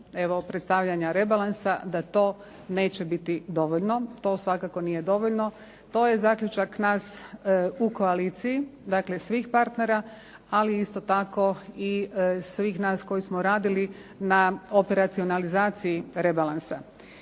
predstavljanja rebalansa da to neće biti dovoljno. To svakako nije dovoljno. To je zaključak nas u koaliciji, dakle svih partnera. Ali isto tako i svih nas koji smo radili na operacionalizaciji rebalansa.